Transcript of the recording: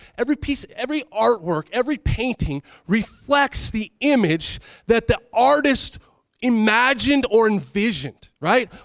every piece, every artwork, every painting reflects the image that the artist imagined or envisioned. right?